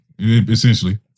Essentially